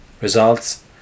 results